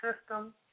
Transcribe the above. system